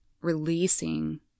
releasing